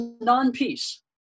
non-peace